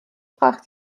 brach